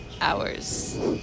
hours